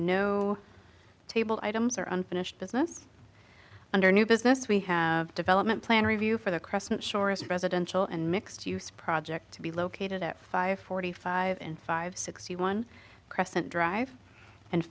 no table items or unfinished business under new business we have development plan review for the crescent shore us presidential and mixed use project to be located at five forty five and five sixty one crescent drive and